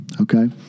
okay